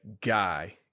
guy